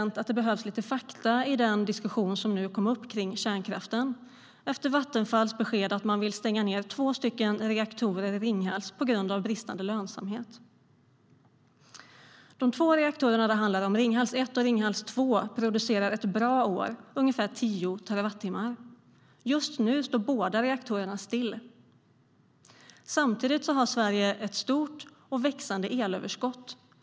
Jag tror att det behövs lite fakta i den diskussion som nu kom upp kring kärnkraften efter Vattenfalls besked att man vill stänga ned två reaktorer i Ringhals på grund av bristande lönsamhet. De två reaktorer det handlar om, Ringhals 1 och Ringhals 2, producerar ett bra år ungefär 10 terawattimmar. Just nu står båda reaktorerna stilla. Samtidigt har Sverige ett stort och växande elöverskott.